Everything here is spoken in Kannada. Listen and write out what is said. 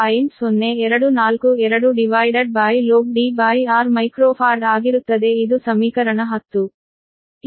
0242log Dr ಮೈಕ್ರೋಫಾರ್ಡ್km ಆಗಿರುತ್ತದೆ ಇದು ಸಮೀಕರಣ 10